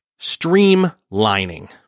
streamlining